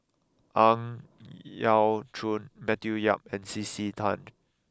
Ang Yau Choon Matthew Yap and C C Tan